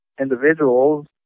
individuals